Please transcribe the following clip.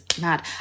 mad